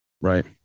right